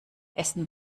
essen